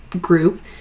group